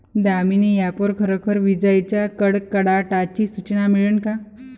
Damini app वर खरोखर विजाइच्या कडकडाटाची सूचना मिळन का?